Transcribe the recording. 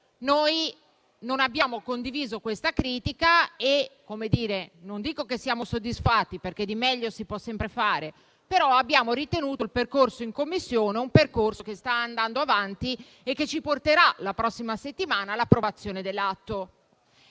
polo non ha condiviso questa critica. Non dico che siamo soddisfatti, perché di meglio si può sempre fare, ma abbiamo ritenuto che il percorso in Commissione stia andando avanti e ci porterà, la prossima settimana, all'approvazione dell'atto.